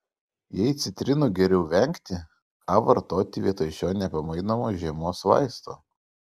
jei citrinų geriau vengti ką vartoti vietoj šio nepamainomo žiemos vaisto